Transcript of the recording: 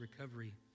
recovery